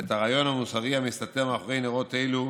את הרעיון המוסרי המסתתר מאחורי נרות אלו,